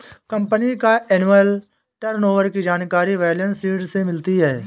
company का annual turnover की जानकारी बैलेंस शीट से मिलती है